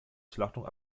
schlachtung